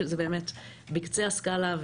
שזה באמת בקצה הסקאלה.